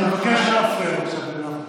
אני מבקש לא להפריע.